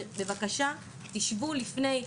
שבבקשה תשבו לפני,